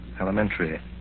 Elementary